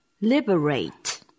liberate